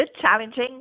Challenging